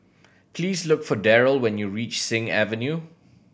please look for Darryl when you reach Sing Avenue